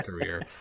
career